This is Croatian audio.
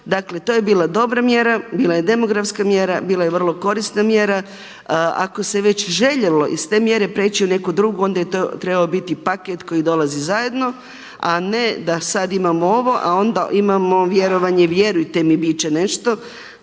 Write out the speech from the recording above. dakle to je bila dobra mjera, bila je demografska mjera, bila je vrlo korisna mjera. Ako se je već željelo iz te mjere preći u neku drugu, onda je to trebao biti paket koji dolazi zajedno a ne da sada imamo ovo a onda imamo vjerovanje vjerujte mi biti će nešto.